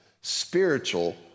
spiritual